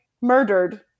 murdered